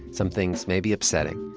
some things may be upsetting.